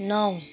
नौ